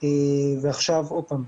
עוד פעם,